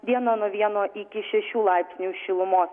dieną nuo vieno iki šešių laipsnių šilumos